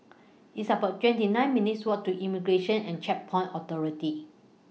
It's about twenty nine minutes' Walk to Immigration and Checkpoints Authority